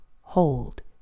Hold